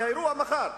כי האירוע מחר,